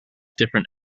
different